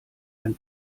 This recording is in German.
ein